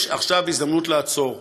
יש עכשיו הזדמנות לעצור,